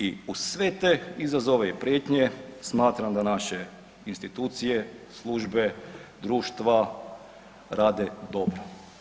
I uz sve te izazove i prijetnje, smatram da naše institucije, službe, društva rade dobro.